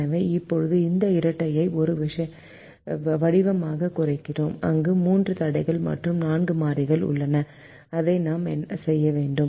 எனவே இப்போது இந்த இரட்டையை ஒரு வடிவமாக குறைக்கிறோம் அங்கு மூன்று தடைகள் மற்றும் நான்கு மாறிகள் உள்ளன அதை நாம் செய்ய வேண்டும்